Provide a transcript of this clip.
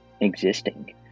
existing